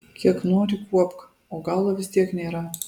kiek nori kuopk o galo vis tiek nėra